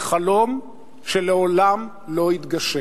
היא חלום שלעולם לא יתגשם.